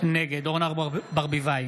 נגד אורנה ברביבאי,